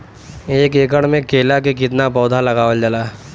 एक एकड़ में केला के कितना पौधा लगावल जाला?